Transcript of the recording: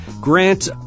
Grant